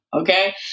Okay